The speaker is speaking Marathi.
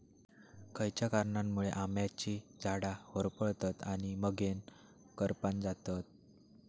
खयच्या कारणांमुळे आम्याची झाडा होरपळतत आणि मगेन करपान जातत?